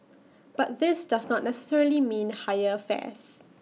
but this does not necessarily mean higher fares